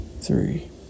three